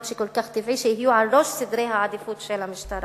שכל כך טבעי שיהיו בראש סדרי העדיפויות של המשטרה.